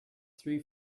three